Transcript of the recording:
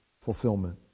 fulfillment